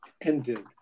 ended